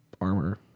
armor